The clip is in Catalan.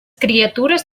criatures